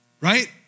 right